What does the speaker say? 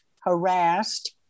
harassed